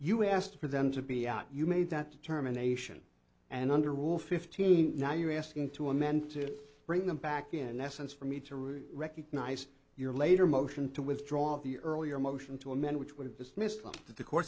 you asked for them to be out you made that determination and under rule fifteen now you're asking to amend to bring them back in essence for me to really recognize your later motion to withdraw the earlier motion to amend which would dismiss the